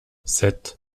sept